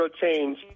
change